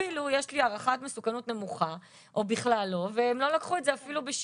אפילו יש לי הערכת מסוכנות נמוכה או בכלל לא והם לא לקחו את זה בשיקול'.